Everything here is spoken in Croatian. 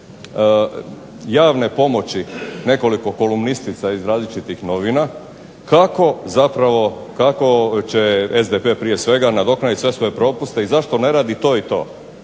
javne pomoći nekoliko kolumnistica iz različitih novina kako zapravo, kako će SDP prije svega nadoknadit sve svoje propuste i zašto ne radi to i to.